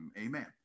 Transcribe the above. amen